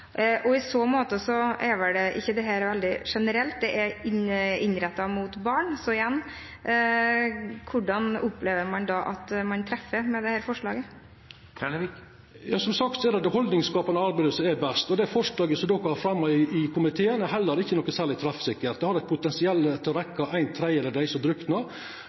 redningsvest. I så måte er vel ikke dette veldig generelt – det er innrettet mot barn. Så igjen: Hvordan opplever man da at man treffer med dette forslaget? Som sagt er det det haldningsskapande arbeidet som er best, og det forslaget som dei har fremja i komiteen, er heller ikkje noko særleg treffsikkert. Det har potensial til å treffa ein tredjedel av dei som druknar. Det er